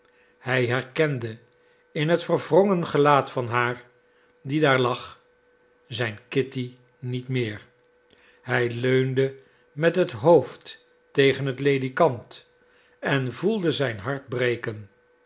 hij herkende in het verwrongen gelaat van haar die daar lag zijn kitty niet meer hij leunde met het hoofd tegen het ledikant en voelde zijn hart breken